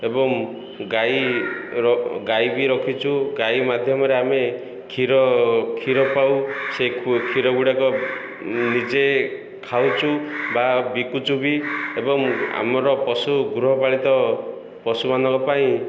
ଏବଂ ଗାଈ ଗାଈ ବି ରଖିଛୁ ଗାଈ ମାଧ୍ୟମରେ ଆମେ କ୍ଷୀର କ୍ଷୀର ପାଉ ସେ କ୍ଷୀର ଗୁଡ଼ାକ ନିଜେ ଖାଉଛୁ ବା ବିକୁଛୁ ବି ଏବଂ ଆମର ପଶୁ ଗୃହପାଳିତ ପଶୁମାନଙ୍କ ପାଇଁ